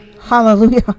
Hallelujah